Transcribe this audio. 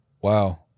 Wow